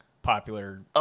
Popular